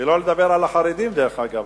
שלא לדבר על החרדים, דרך אגב.